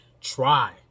Try